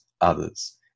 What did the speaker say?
others